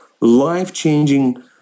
life-changing